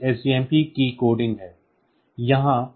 यह इस SJMP की कोडिंग है